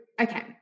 okay